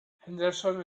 henderson